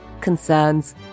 concerns